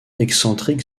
eccentric